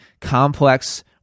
complex